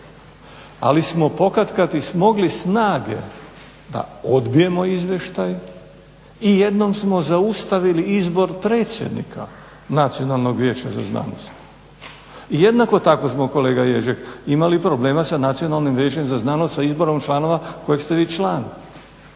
Ali smo pokatkad i smogli snage da odbijemo izvještaj i jednom smo zaustavili izbor predsjednika Nacionalnog vijeća za znanost. I jednako tako smo kolega Ježek imali problema sa Nacionalnim vijećem za znanost s izborom članova kojeg ste vi član i